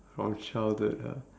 from childhood ah